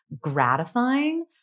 gratifying